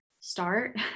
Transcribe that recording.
start